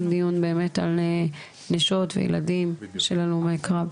דיון באמת על נשות וילדים של הלומי קרב.